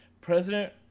President